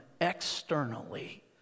externally